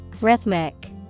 Rhythmic